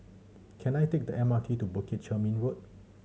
can I take the M R T to Bukit Chermin Road